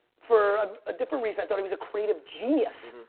for ah a different reason. i thought he was a creative genius.